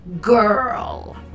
girl